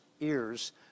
ears